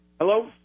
Hello